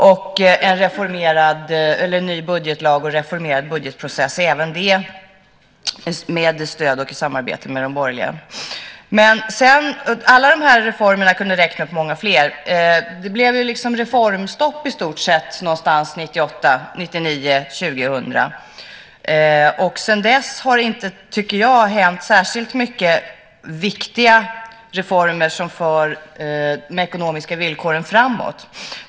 Och vi har fått en ny budgetlag och reformerad budgetprocess. Även det skedde med stöd av och i samarbete med de borgerliga. Jag skulle kunna räkna upp många fler reformer, men det blev i stort sett reformstopp någon gång 1998, 1999, 2000. Sedan dess tycker jag inte att det har skett särskilt många viktiga reformer som för de ekonomiska villkoren framåt.